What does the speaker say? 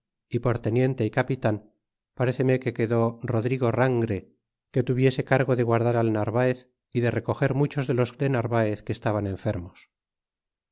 y por teniente y capitan paréceme que quedó rodrigo rangre que tuviese cargo de guardar al narvaez y de recoger muchos de los de narvaez que estaban enfermos